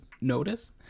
notice